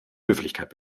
höflichkeit